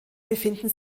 befinden